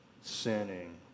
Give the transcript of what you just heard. sinning